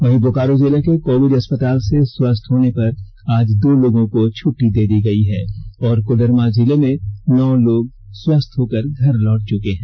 वहीं बोकारो जिले के कोविड अस्पताल से स्वस्थ होने पर आज दो लोगों को छुट्टी दे दी गयी है और कोडरमा जिले में नौ लोग स्वस्थ होकर घर लौट चुके हैं